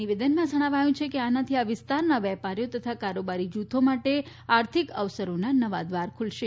નિવેદનમાં જણાવાયુ છે કે આનાથી આ વિસ્તારના વેપારીઓ તથા કારોબારી જૂથો માટે આર્થિક અવસરોના નવા દ્વાર ખુલશે